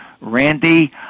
Randy